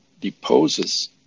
deposes